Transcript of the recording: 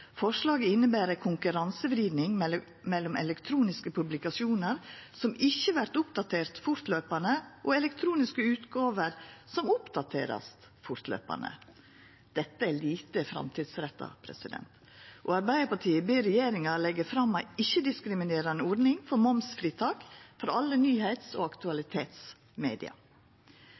Forslaget inneber ei konkurransevriding mellom elektroniske publikasjonar som ikkje vert oppdaterte fortløpande, og elektroniske utgåver som vert oppdaterte fortløpande. Dette er lite framtidsretta, og Arbeidarpartiet ber regjeringa leggja fram ei ikkje-diskriminerande ordning for momsfritak for alle nyheits- og